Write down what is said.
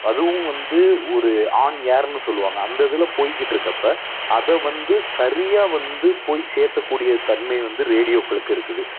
அதுவும் வந்து ஒரு ஆண் யாருன்னு சொல்லுவாங்க அந்த இதில் போயிக்கிட்டு இருக்கப்ப அதை வந்து சரியாக வந்து போய் சேர்க்கக்கூடிய தன்மை வந்து ரேடியோக்களுக்கு இருக்குது